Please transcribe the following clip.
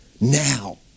Now